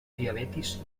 diabetis